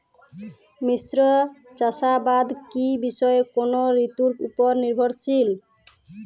মিশ্র চাষাবাদ কি বিশেষ কোনো ঋতুর ওপর নির্ভরশীল?